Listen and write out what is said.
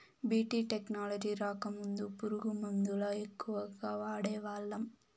BT technology రాకముందు పురుగు మందుల ఎక్కువగా వాడేవాళ్ళం